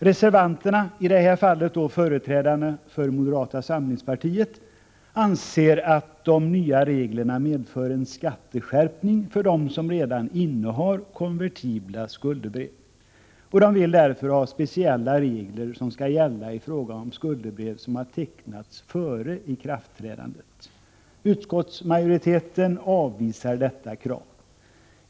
Reservanterna, i dessa fall företrädarna för moderata samlingspartiet, anser att de nya reglerna medför en skatteskärpning för dem som redan innehar konvertibla skuldebrev. Reservanterna vill därför ha speciella regler, som skall gälla i fråga om skuldebrev vilka har tecknats före ikraftträdandet. Utskottsmajoriteten avvisar detta krav.